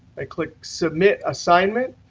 i click submit assignment,